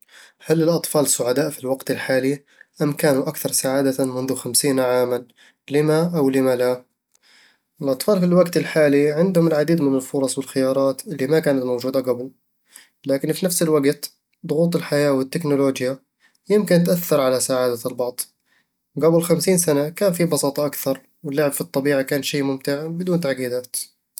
هل الأطفال سعداء في الوقت الحالي، أم كانوا أكثر سعادة منذ خمسين عامًا؟ لِمَ أو لِمَ لا؟ الأطفال في الوقت الحالي عندهم العديد من الفرص والخيارات اللي كانت ما موجودة قبل، لكن في نفس الوقت، ضغوط الحياة والتكنولوجيا يمكن تأثر على سعادة البعض قبل خمسين سنة، كان في بساطة أكثر، واللعب في الطبيعة كان شي ممتع بدون تعقيدات